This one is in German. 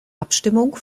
abstimmung